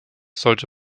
sollte